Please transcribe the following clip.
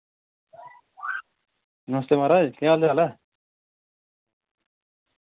नमस्ते महाराज केह् हालचाल ऐ